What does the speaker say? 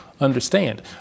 understand